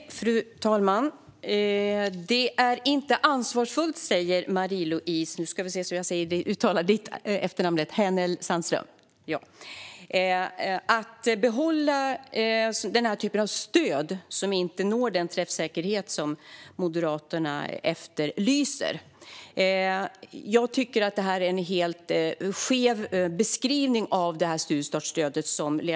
Fru talman! Marie-Louise Hänel Sandström säger att det inte är ansvarsfullt att behålla den här typen av stöd som inte når den träffsäkerhet som Moderaterna efterlyser. Ledamoten ger en helt skev beskrivning av studiestartsstödet.